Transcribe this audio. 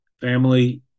family